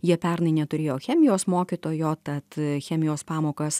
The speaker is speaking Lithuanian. jie pernai neturėjo chemijos mokytojo tad chemijos pamokas